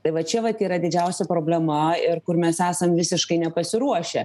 tai va čia vat yra didžiausia problema ir kur mes esam visiškai nepasiruošę